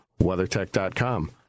WeatherTech.com